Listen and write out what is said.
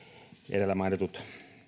edellä mainitut